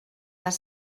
les